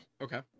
okay